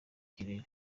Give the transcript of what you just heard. kinini